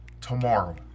Tomorrow